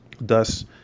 Thus